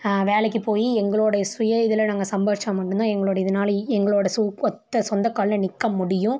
வேலைக்கு போய் எங்களுடைய சுய இதில் நாங்கள் சம்பாதிச்சா மட்டுந்தான் எங்களோட இதனால எங்களோட சொந்தக்காலில் நிற்க முடியும்